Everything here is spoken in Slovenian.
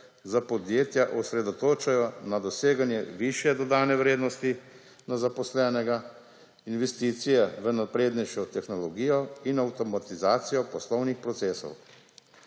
za podjetja osredotočajo na doseganje višje dodane vrednosti na zaposlenega, investicije v naprednejšo tehnologijo in avtomatizacijo poslovnih procesov.